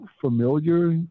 familiar